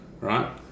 right